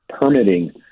permitting